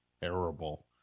Terrible